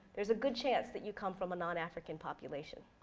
there's a good chance that you come from a non-african population.